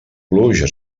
pluja